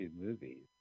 movies